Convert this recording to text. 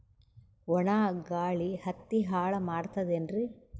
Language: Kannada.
ಒಣಾ ಗಾಳಿ ಹತ್ತಿ ಹಾಳ ಮಾಡತದೇನ್ರಿ?